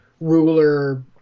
ruler